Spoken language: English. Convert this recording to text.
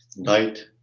night.